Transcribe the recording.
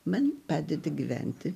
man padedi gyventi